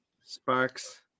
Sparks